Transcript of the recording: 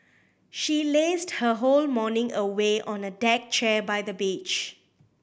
she lazed her whole morning away on a deck chair by the beach